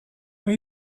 are